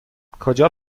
کجا